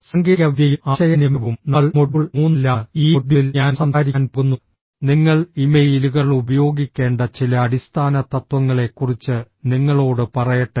സാങ്കേതികവിദ്യയും ആശയവിനിമയവും നമ്മൾ മൊഡ്യൂൾ 3 ലാണ് ഈ മൊഡ്യൂളിൽ ഞാൻ സംസാരിക്കാൻ പോകുന്നു നിങ്ങൾ ഇമെയിലുകൾ ഉപയോഗിക്കേണ്ട ചില അടിസ്ഥാന തത്വങ്ങളെക്കുറിച്ച് നിങ്ങളോട് പറയട്ടെ